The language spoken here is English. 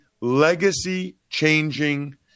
Legacy-changing